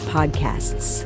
Podcasts